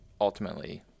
ultimately